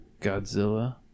Godzilla